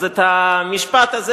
אז המשפט הזה,